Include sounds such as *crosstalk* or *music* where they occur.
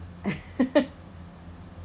*laughs*